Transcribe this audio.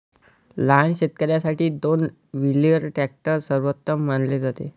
लहान शेतकर्यांसाठी दोन व्हीलर ट्रॅक्टर सर्वोत्तम मानले जाते